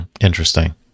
Interesting